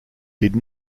did